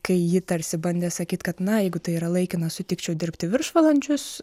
kai ji tarsi bandė sakyt kad na jeigu tai yra laikina sutikčiau dirbti viršvalandžius